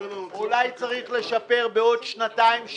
אולי צריך לשפר בעוד שנתיים,